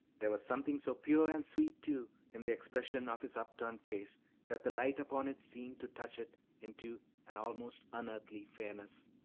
there was something so pure and sweet, too, in the expression of his upturned face that the light upon it seemed to touch it into an almost unearthly fairness.